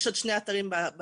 יש עוד שני אתרים בדרום.